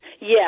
Yes